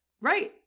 Right